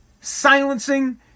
silencing